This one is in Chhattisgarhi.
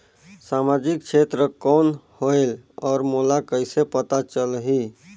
समाजिक क्षेत्र कौन होएल? और मोला कइसे पता चलही?